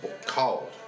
cold